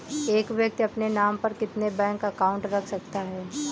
एक व्यक्ति अपने नाम पर कितने बैंक अकाउंट रख सकता है?